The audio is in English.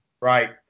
Right